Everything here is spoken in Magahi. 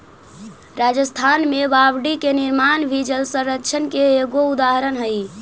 राजस्थान में बावडि के निर्माण भी जलसंरक्षण के एगो उदाहरण हई